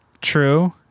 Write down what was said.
True